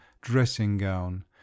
dressing-gown